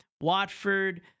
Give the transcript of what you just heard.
Watford